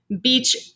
Beach